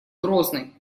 грозный